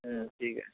হুম ঠিক আছে